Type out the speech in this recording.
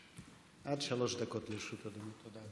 עד שלוש דקות לרשות אדוני.